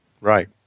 Right